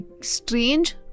strange